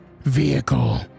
vehicle